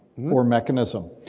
or mechanism.